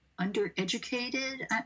undereducated